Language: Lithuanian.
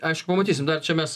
aišku pamatysim dar čia mes